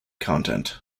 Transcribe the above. content